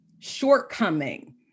shortcoming